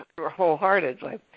wholeheartedly